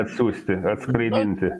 atsiųsti atskraidinti